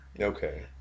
Okay